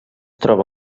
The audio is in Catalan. troba